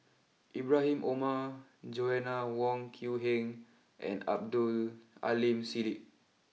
Ibrahim Omar Joanna Wong Quee Heng and Abdul Aleem Siddique